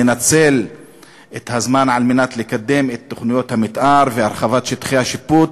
ננצל את הזמן לקדם את תוכניות המתאר והרחבת שטחי השיפוט,